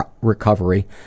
recovery